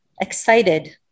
excited